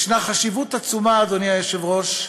יש חשיבות עצומה, אדוני היושב-ראש,